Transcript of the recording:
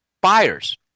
buyers